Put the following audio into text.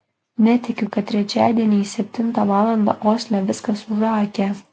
netikiu kad trečiadieniais septintą valandą osle viskas užakę